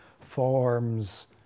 forms